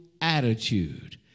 attitude